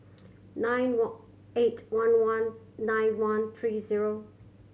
nine eight one one nine one three zero